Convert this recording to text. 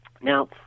now